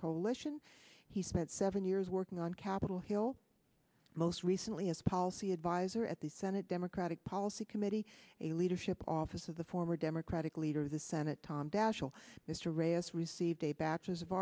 coalition he spent seven years working on capitol hill most recently as policy advisor at the senate democratic policy committee a leadership office of the former democratic leader of the senate tom daschle mr ayers received a bachelor's of